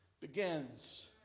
begins